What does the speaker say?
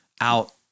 out